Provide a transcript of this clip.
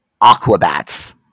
aquabats